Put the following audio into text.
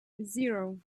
zero